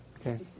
Okay